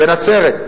בנצרת,